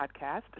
podcast